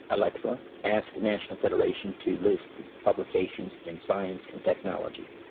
alexa ask national federation to list publications in science and technology.